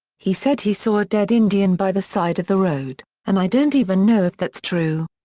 he said he saw a dead indian by the side of the road, and i don't even know if that's true.